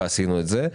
ועשינו את זה,